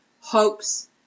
hopes